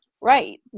right